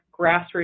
grassroots